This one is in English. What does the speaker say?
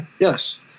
Yes